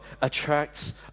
attracts